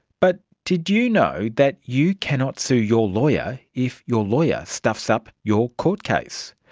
but did you know that you cannot sue your lawyer if your lawyer stuffs up your court case?